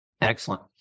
Excellent